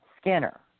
Skinner